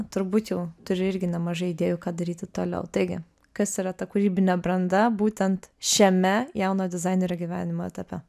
turbūt jau turi irgi nemažai idėjų ką daryti toliau taigi kas yra ta kūrybinė branda būtent šiame jauno dizainerio gyvenimo etape